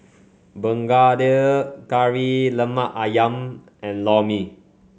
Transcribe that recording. Begedil Kari Lemak ayam and Lor Mee